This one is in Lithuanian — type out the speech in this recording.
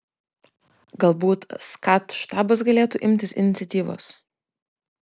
galbūt skat štabas galėtų imtis iniciatyvos